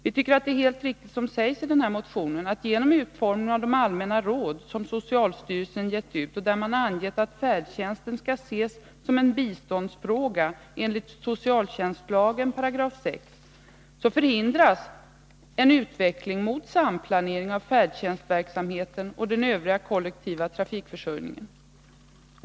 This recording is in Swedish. Vi tycker att det är helt riktigt, som sägs i motionen, att genom utformningen av de allmänna råd som socialstyrelsen givit ut, och där man anger att färdtjänsten skall ses som en biståndsfråga enligt 6 § socialtjänstlagen, förhindras en utveckling mot samplanering av färdtjänstverksamheten och den övriga kollektiva trafikförsörjningen.